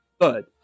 good